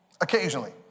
Occasionally